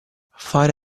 fare